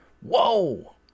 Whoa